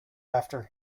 after